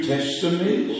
Testament